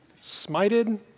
Smited